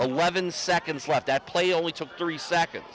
eleven seconds left that play only took three seconds